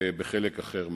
חלק אחר מהזמן.